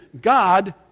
God